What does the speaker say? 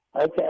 Okay